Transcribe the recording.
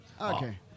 Okay